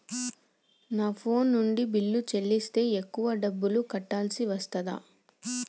నా ఫోన్ నుండి బిల్లులు చెల్లిస్తే ఎక్కువ డబ్బులు కట్టాల్సి వస్తదా?